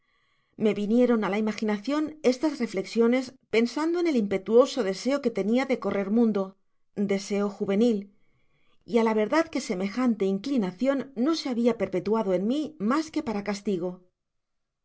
me vinieron á la imaginacion estas reflexiones pensando en el impetuoso deseo que tenia de correr mundo deseo juvenil y á la verdad que semejante inclinacion no se habia perpetuado en mí mas que para castigo